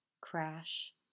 Crash